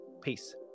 Peace